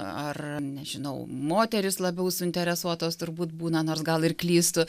ar nežinau moterys labiau suinteresuotos turbūt būna nors gal ir klystu